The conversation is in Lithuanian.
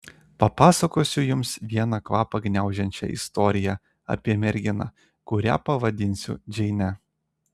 papasakosiu jums vieną kvapą gniaužiančią istoriją apie merginą kurią pavadinsiu džeine